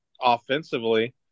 offensively